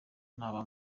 naba